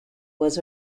was